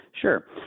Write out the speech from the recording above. Sure